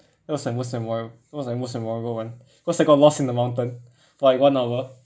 that was my most memora~ that was my most memorable [one] cause I got lost in the mountain like one hour